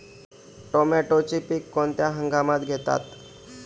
टोमॅटोचे पीक कोणत्या हंगामात घेतात?